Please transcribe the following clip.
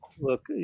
Look